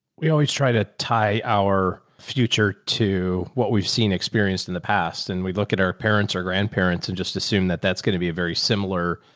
we always try to tie our future to what we've seen experienced in the past. and we look at our parents or grandparents, and just assume that that's going to be a very similar.